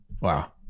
wow